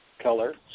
color